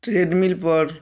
ट्रेडमिलपर